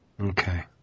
Okay